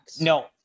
no